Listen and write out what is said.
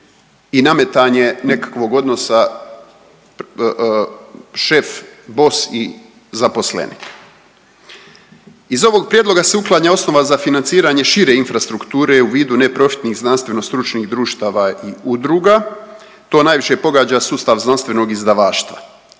i nametanje nekakvog odnosa šef – boss i zaposlenik. Iz ovog prijedloga se uklanja osnova za financiranje šire infrastrukture u vidu neprofitnih znanstveno-stručnih društava i udruga. To najviše pogađa sustav znanstvenog izdavaštva,